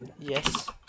Yes